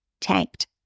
Tanked